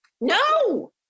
no